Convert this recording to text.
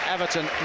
Everton